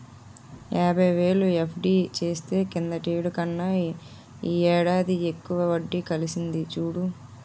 యాబైవేలు ఎఫ్.డి చేస్తే కిందటేడు కన్నా ఈ ఏడాది ఎక్కువ వడ్డి కలిసింది చూడు